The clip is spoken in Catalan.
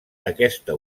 aquesta